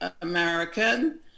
American